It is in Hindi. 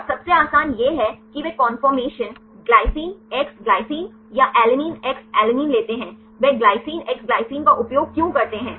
और सबसे आसान यह है कि वे कन्फोर्मशन ग्लाइसिन एक्स ग्लाइसिन या अलैनिन एक्स ऐलेनिन लेते हैं वे ग्लाइसिन एक्स ग्लाइसिन का उपयोग क्यों करते हैं